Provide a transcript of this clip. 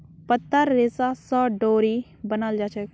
पत्तार रेशा स डोरी बनाल जाछेक